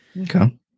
Okay